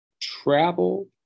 travel